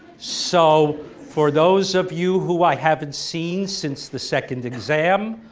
so for those of you who i haven't seen since the second exam,